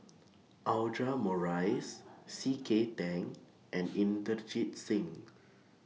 Audra Morrice C K Tang and Inderjit Singh